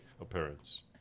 appearance